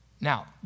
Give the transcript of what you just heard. Now